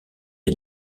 est